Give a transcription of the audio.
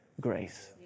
Grace